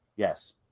Yes